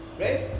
right